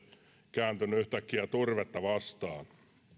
kääntyneet yhtäkkiä turvetta vastaan